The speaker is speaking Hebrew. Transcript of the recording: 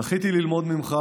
זכיתי ללמוד ממך,